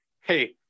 Hey